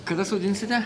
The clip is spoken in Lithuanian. kada sodinsite